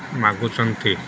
ମାଗୁଛନ୍ତି